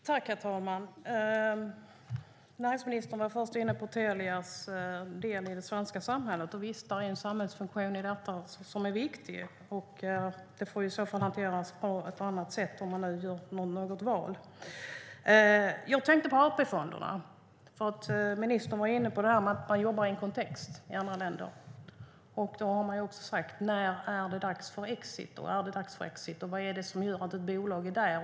Herr talman! Näringsministern var först inne på Telia Soneras del i det svenska samhället. Visst finns där en samhällsfunktion som är viktig. Det får hanteras på ett annat sätt, om man nu gör något val. Jag tänker på AP-fonderna. Ministern var inne på att man jobbar i en kontext i andra länder. Då har man sagt: När är det dags för exit? Vad är det som gör att ett bolag är där?